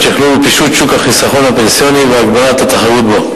שכלול ופישוט שוק החיסכון הפנסיוני והגברת התחרות בו.